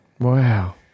Wow